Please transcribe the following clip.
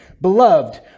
Beloved